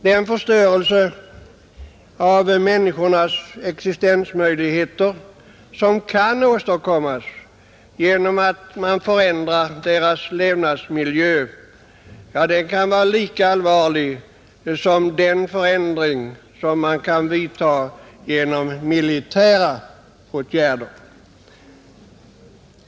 Den förstörelse av människornas existensmöjligheter som kan åstadkommas genom att man förändrar deras levnadsmiljöer, den kan vara lika allvarlig som den förändring som man kan vidta genom militära åtgärder.